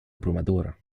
abrumadora